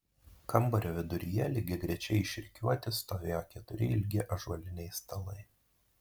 kambario viduryje lygiagrečiai išrikiuoti stovėjo keturi ilgi ąžuoliniai stalai